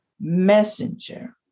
messenger